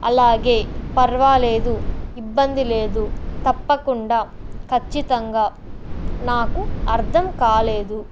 అలాగే పర్వాలేదు ఇబ్బంది లేదు తప్పకుండా ఖచ్చితంగా నాకు అర్థం కాలేదు